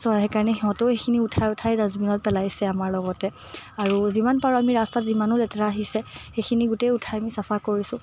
ছ' সেইকাৰণে সিহঁতেও সেইখিনি উঠাই উঠাই ডাষ্টবিনত পেলাইছে আমাৰ লগতে আৰু যিমান পাৰোঁ আমি ৰাস্তাত যিমানো লেতেৰা আহিছে সেইখিনি গোটেই উঠাই আনি চাফা কৰিছোঁ